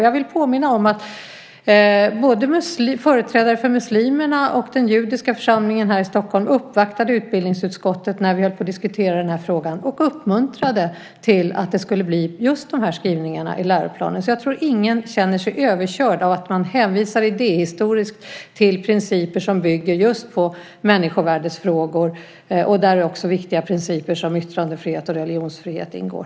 Jag vill påminna om att både företrädare för muslimerna och den judiska församlingen här i Stockholm uppvaktade utbildningsutskottet när vi höll på att diskutera den här frågan och uppmuntrade till att det skulle bli just de här skrivningarna i läroplanen. Jag tror ingen känner sig överkörd av att man hänvisar idéhistoriskt till principer som bygger just på människovärdesfrågor och där också viktiga principer som yttrandefrihet och religionsfrihet ingår.